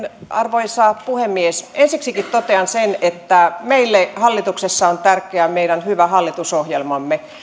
arvoisa puhemies ensiksikin totean sen että meille hallituksessa on tärkeää meidän hyvä hallitusohjelmamme